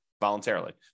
voluntarily